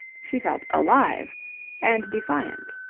she felt alive and defiant.